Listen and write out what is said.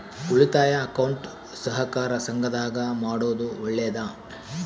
ಉಳಿತಾಯ ಅಕೌಂಟ್ ಸಹಕಾರ ಸಂಘದಾಗ ಮಾಡೋದು ಒಳ್ಳೇದಾ?